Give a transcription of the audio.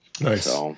Nice